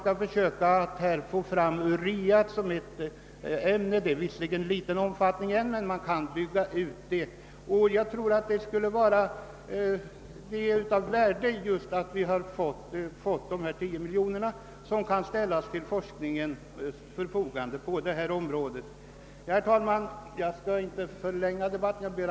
Det framställs visserligen bara i liten omfattning ännu, men jag tror att produktionen kan byggas ut, och jag tror det skulle vara av värde om de 10 miljonerna kunde ställas till förfogande för forskningen på detta område. Herr talman! Jag skall inte förlänga debatten ytterligare.